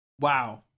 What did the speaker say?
wow